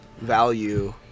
value